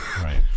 Right